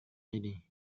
ini